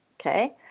okay